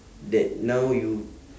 that now you